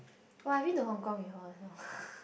oh I've been to Hong-Kong before also